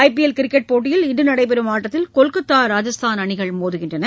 ஐ P L cricket போட்டியில் இன்று நடைபெறும் ஆட்டத்தில் கொல்கத்தா ராஜஸ்தான் அணிகள் மோதுகின்றன